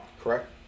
Correct